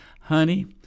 Honey